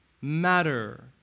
matter